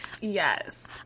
Yes